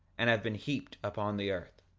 and have been heaped up on the earth.